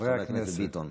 חבר הכנסת ביטון.